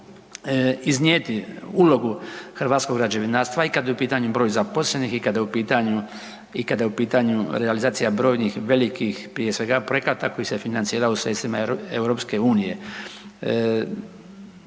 iznijeti ulogu hrvatskog građevinarstva i kad je u pitanju broj zaposlenih i kad je u pitanju i kada je u pitanju realizacija brojnih velikih prije svega projekata koji se financiraju sredstvima EU. 90% svih